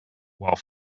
while